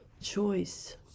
choice